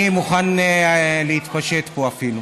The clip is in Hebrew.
אני מוכן להתפשט פה אפילו.